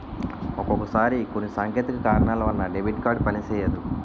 ఒక్కొక్కసారి కొన్ని సాంకేతిక కారణాల వలన డెబిట్ కార్డు పనిసెయ్యదు